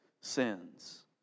sins